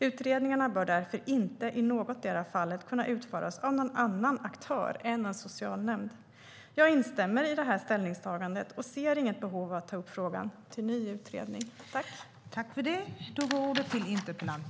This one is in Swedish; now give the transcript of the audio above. Utredningarna bör därför inte i någotdera fallet kunna utföras av någon annan aktör än en socialnämnd." Jag instämmer i detta ställningstagande och ser inget behov av att ta upp frågan till ny utredning.